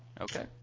Okay